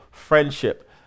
friendship